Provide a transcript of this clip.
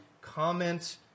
Comment